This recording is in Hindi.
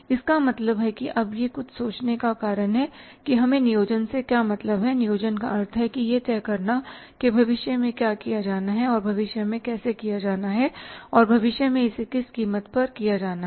इसका मतलब है कि यह अब कुछ सोचने का कारण है कि हमें नियोजन से क्या मतलब है नियोजन का अर्थ है यह तय करना कि भविष्य में क्या किया जाना है भविष्य में कैसे किया जाना है और भविष्य में इसे किस कीमत पर किया जाना है